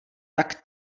tak